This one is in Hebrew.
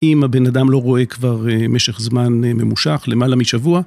אם הבן אדם לא רואה כבר משך זמן ממושך, למעלה משבוע.